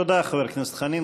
תודה, חבר הכנסת חנין.